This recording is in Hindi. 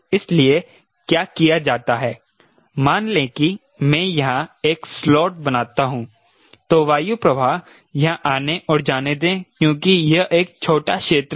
इसलिए क्या किया जाता है मान लें कि मैं यहां एक स्लॉट बनाता हूं तो वायु प्रवाह यहां आने और जाने दें क्योंकि यह एक छोटा क्षेत्र है